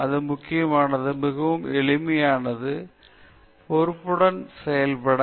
மிக முக்கியமானது மிகவும் எளிமையானது பொறுப்புடன் செயல்பட